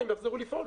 מתי הם יחזרו לפעול.